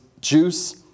juice